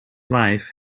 life